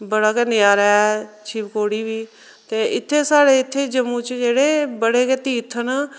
बड़ा गै नजारा ऐ शिवखोड़ी बी ते इत्थे स्हाड़े इत्थै जम्मू च जेह्ड़े बड़़े के तीर्थ न